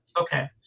Okay